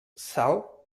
sal